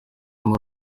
muri